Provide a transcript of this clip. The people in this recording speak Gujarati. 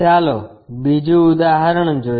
ચાલો બીજું ઉદાહરણ જોઈએ